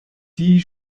die